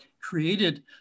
created